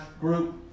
group